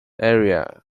area